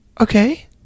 Okay